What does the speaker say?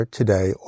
today